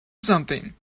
something